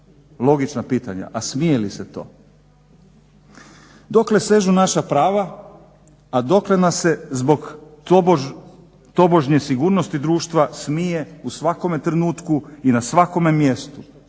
logična pitanja, a smije li se to? Dokle sežu naša prava, a dokle nas se zbog tobožnje sigurnosti društva smije u svakome trenutku i na svakome mjestu,